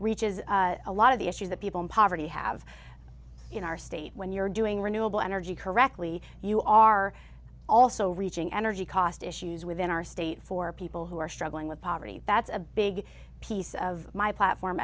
reaches a lot of the issues that people in poverty have in our state when you're doing renewable energy correctly you are also reaching energy cost issues within our state for people who are struggling with poverty that's a big piece of my platform